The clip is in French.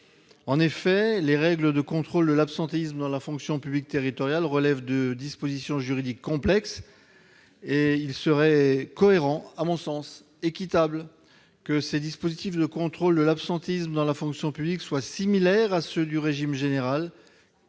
travail. Les règles de contrôle de l'absentéisme dans la fonction publique territoriale relèvent de dispositions juridiques complexes, et il serait, à mon sens, cohérent et équitable que ces dispositifs de contrôle de l'absentéisme dans la fonction publique soient similaires à ceux du régime général,